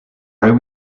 are